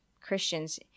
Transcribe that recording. Christians